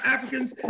Africans